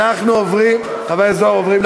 אנחנו עוברים להצבעה.